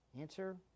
Answer